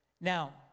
Now